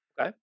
Okay